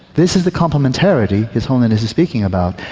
this is the complementarity his holiness is speaking about.